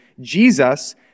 Jesus